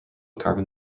carbon